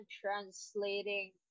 translating